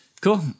Cool